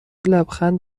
لبخند